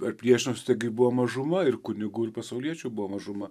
ar priešinosi taigi buvo mažuma ir kunigų ir pasauliečių buvo mažuma